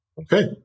Okay